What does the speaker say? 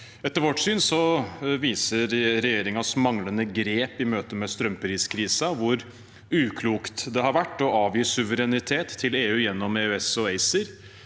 Etter vårt syn viser regjeringens manglende grep i møte med strømpriskrisen hvor uklokt det har vært å avgi suverenitet til EU gjennom EØS og ACER.